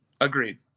agreed